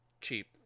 cheap